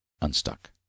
unstuck